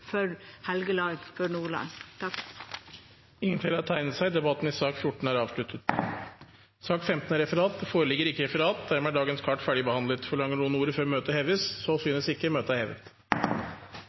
for Helgeland og Nordland. Flere har ikke bedt om ordet til sak nr. 14. Det foreligger ikke referat. Dermed er dagens kart ferdigbehandlet. Forlanger noen ordet før møtet heves? Så